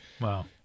Wow